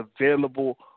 available